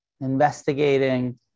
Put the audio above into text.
investigating